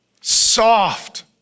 soft